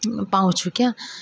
पाउँछु क्या